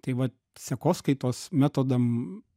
tai vat sekoskaitos metodam